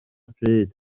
pryd